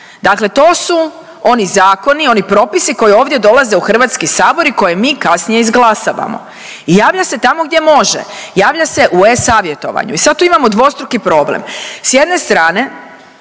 Dakle, to su oni zakoni, oni propisi koji ovdje dolaze u HS i koje mi kasnije izglasavamo i javlja se tamo gdje može, javlja se u e-Savjetovanju. I sad tu imamo dvostruki problem, s jedne strane